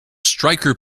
striker